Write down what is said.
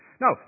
No